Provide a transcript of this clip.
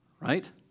right